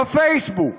בפייסבוק,